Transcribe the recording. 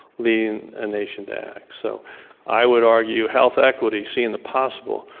leading a national to act. so i would argue health equity seeing the possible.